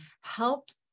helped